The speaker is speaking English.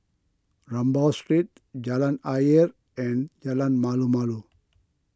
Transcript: Rambau Street Jalan Ayer and Jalan Malu Malu